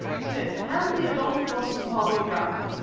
smith, hand the odontoglossum pavo round,